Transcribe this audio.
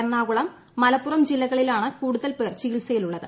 എറണാകുളം മലപ്പുറം ജില്ലകളിലാണ് കൂടുതൽ പേർ ചികിത്സയിലുള്ളത്